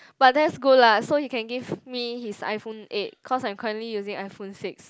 but that's good lah so he can give me his iPhone eight cause I'm currently using iPhone six